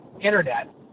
internet